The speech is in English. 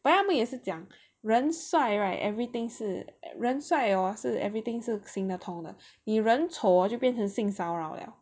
but then 他们也是讲人帅 right everything 是人帅 hor 是 everything 是行得通的你人丑 hor 就变成性骚扰 liao